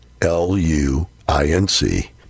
l-u-i-n-c